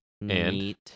neat